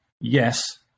yes